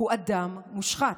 הוא אדם מושחת.